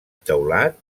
teulat